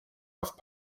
auf